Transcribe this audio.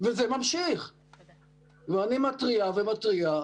וזה ממשיך - אני מתריע ומתריע,